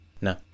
No